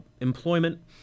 employment